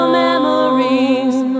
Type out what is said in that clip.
memories